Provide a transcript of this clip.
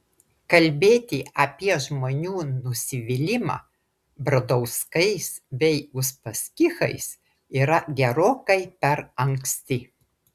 kalbėti apie žmonių nusivylimą bradauskais bei uspaskichais yra gerokai per anksti